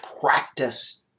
practice